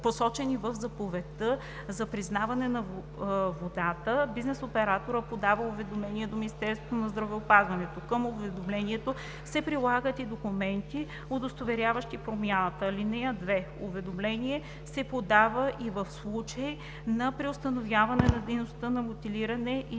посочени в заповедта за признаване на водата, бизнес операторът подава уведомление до Министерството на здравеопазването. Към уведомлението се прилагат и документи, удостоверяващи промяната. (2) Уведомление се подава и в случай на преустановяване на дейността по бутилиране